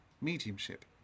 mediumship